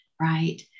right